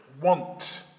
want